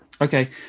Okay